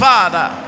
Father